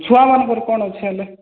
ଛୁଆମାନଙ୍କର କ'ଣ ଅଛି ହେଲେ